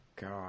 God